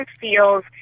feels